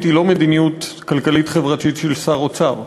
היא לא מדיניות כלכלית חברתית של שר האוצר.